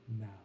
now